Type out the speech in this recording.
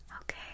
Okay